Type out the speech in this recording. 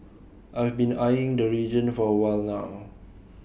I've been eyeing the region for A while now